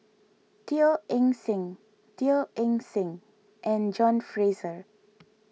Teo Eng Seng Teo Eng Seng and John Fraser